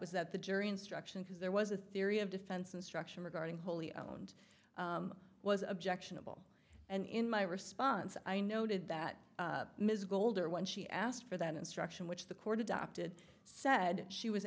was that the jury instruction because there was a theory of defense instruction regarding wholly owned was objectionable and in my response i noted that ms gold or when she asked for that instruction which the court adopted said she was